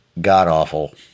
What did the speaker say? god-awful